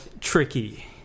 Tricky